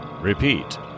repeat